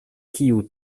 kiu